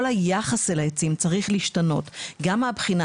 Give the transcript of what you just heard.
כל היחס אל העצים צריך להשתנות גם בכלל מהבחינה